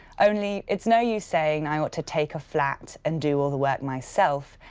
only, it's no use saying i ought to take a flat and do all the work myself,